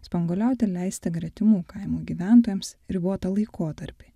spanguoliauti leista gretimų kaimų gyventojams ribotą laikotarpį